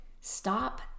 stop